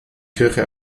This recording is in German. kirche